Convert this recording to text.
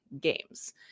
games